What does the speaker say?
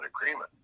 Agreement